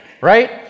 right